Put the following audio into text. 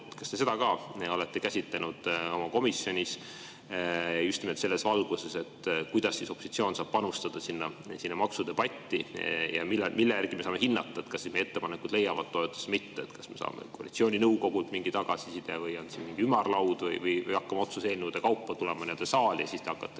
Kas te seda ka olete käsitlenud oma komisjonis just nimelt selles valguses, kuidas opositsioon saab panustada maksudebatti? Ja mille järgi me saame hinnata, kas meie ettepanekud leiavad toetust või mitte? Kas me saame koalitsiooninõukogult mingi tagasiside, on siin mingi ümarlaud või hakkame otsuse eelnõude kaupa tulema saali ja siis te hakkate